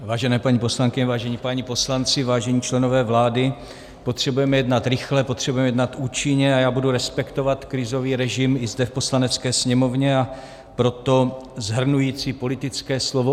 Vážené paní poslankyně, vážení páni poslanci, vážení členové vlády, potřebujeme jednat rychle, potřebujeme jednat účinně a já budu respektovat krizový režim i zde v Poslanecké sněmovně, a proto shrnující politické slovo